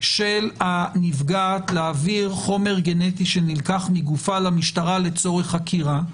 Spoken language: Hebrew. של הנפגעת להעביר חומר גנטי שנלקח מגופה למשטרה לצורך חקירה,